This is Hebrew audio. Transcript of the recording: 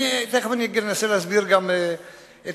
תיכף אני אנסה להסביר את הדברים,